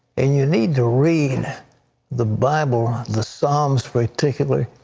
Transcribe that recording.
and you need to read the bible, the psalms particularly.